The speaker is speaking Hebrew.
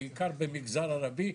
בעיקר במגזר ערבי,